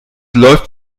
läuft